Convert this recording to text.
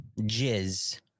Jizz